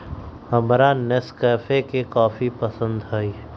हमरा नेस्कैफे के कॉफी पसंद हई